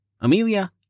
Amelia